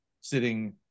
sitting